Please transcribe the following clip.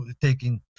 taking